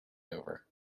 over